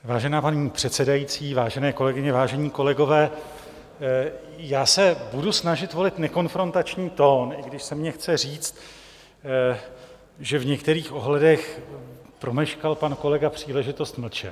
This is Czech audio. Vážená paní předsedající, vážené kolegyně, vážení kolegové, já se budu snažit volit nekonfrontační tón, i když se mně chce říct, že v některých ohledech promeškal pan kolega příležitost mlčet.